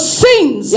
sins